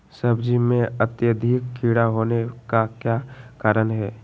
सब्जी में अत्यधिक कीड़ा होने का क्या कारण हैं?